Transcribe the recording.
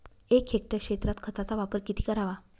एक हेक्टर क्षेत्रात खताचा वापर किती करावा?